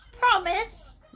promise